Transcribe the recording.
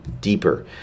deeper